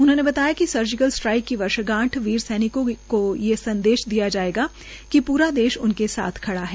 उन्होंने बताया कि सर्जिकल स्ट्राइक की वर्षगांठ पर वीर सैनिकों को यह संदेश दिया जाएगा कि पूरा देश उनके साथ खड़ा है